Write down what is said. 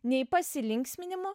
nei pasilinksminimų